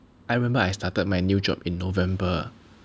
I remember I started my new job in November